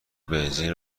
بنزین